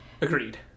Agreed